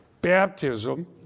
baptism